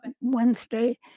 Wednesday